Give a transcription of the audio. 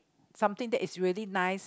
something that is really nice